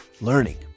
Learning